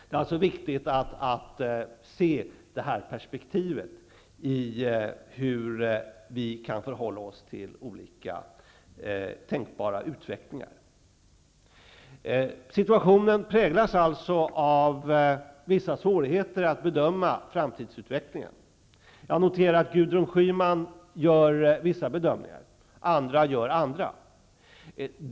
Det är alltså viktigt att se det här perspektivet när vi diskuterar hur vi kan förhålla oss till olika tänkbara utvecklingar. Situationen präglas alltså av vissa svårigheter att bedöma framtidsutvecklingen. Jag noterar att Gudrun Schyman gör vissa bedömningar, andra gör andra.